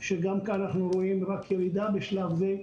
שגם כאן אנחנו רואים רק ירידה בשלב זה,